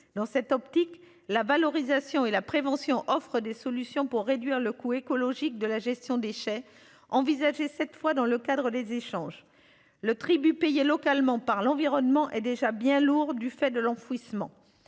Dans cette optique, la valorisation et la prévention offrent des solutions pour réduire le coût écologique de la gestion des j'ai envisagé cette fois dans le cadre des échanges le tribut payé localement par l'environnement est déjà bien lourde du fait de l'enfouissement